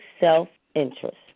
self-interest